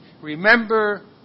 Remember